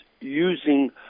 using